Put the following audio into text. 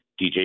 DJ